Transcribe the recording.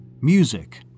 Music